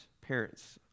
parents